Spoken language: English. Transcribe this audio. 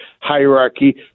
hierarchy